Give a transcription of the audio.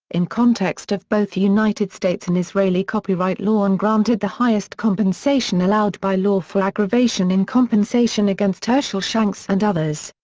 in context of both united states and israeli copyright law and granted the highest compensation allowed by law for aggravation in compensation against hershel shanks and others.